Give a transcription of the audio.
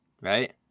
Right